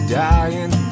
dying